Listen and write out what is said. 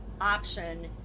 option